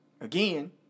again